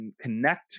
connect